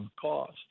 cost